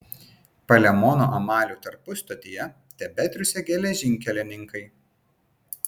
palemono amalių tarpustotėje tebetriūsė geležinkelininkai